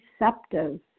receptive